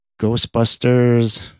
Ghostbusters